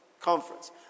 conference